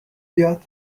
بیاد